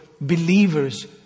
believers